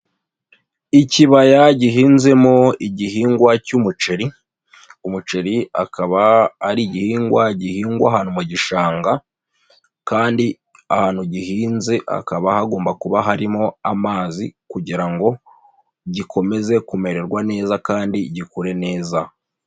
Ikibaya gihinzemo igihingwa cy'umuceri, umuceri akaba ari igihingwa gihingwa ahantu mu gishanga kandi ahantu gihinze hakaba hagomba kuba harimo amazi kugira ngo gikomeze kumererwa neza kandi gikure neza.